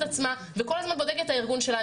עצמה וכל הזמן בודקת את הארגון שלה.